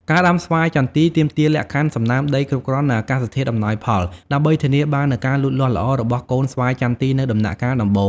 ការដាំស្វាយចន្ទីទាមទារលក្ខខណ្ឌសំណើមដីគ្រប់គ្រាន់ និងអាកាសធាតុអំណោយផល ដើម្បីធានាបាននូវការលូតលាស់ល្អរបស់កូនស្វាយចន្ទីនៅដំណាក់កាលដំបូង។